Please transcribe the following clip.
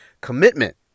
Commitment